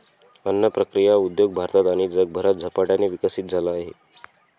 अन्न प्रक्रिया उद्योग भारतात आणि जगभरात झपाट्याने विकसित झाला आहे